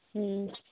ᱦᱮᱸ